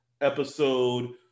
episode